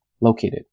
located